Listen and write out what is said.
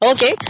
Okay